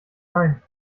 ein